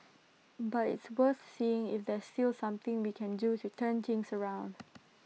but it's worth seeing if there's still something we can do to turn things around